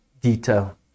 detail